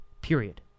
period